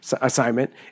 assignment